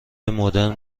مدرن